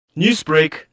Newsbreak